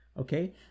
okay